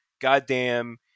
goddamn